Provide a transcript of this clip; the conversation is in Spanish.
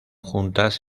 juntas